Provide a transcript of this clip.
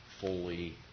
fully